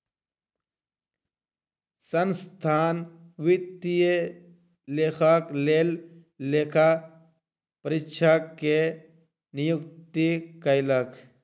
संस्थान वित्तीय लेखाक लेल लेखा परीक्षक के नियुक्ति कयलक